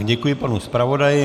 Děkuji panu zpravodaji.